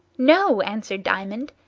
no! answered diamond,